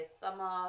summer